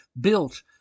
built